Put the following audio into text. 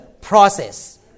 process